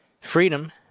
Freedom